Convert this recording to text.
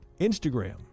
Instagram